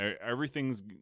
Everything's